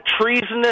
treasonous